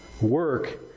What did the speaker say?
Work